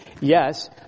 yes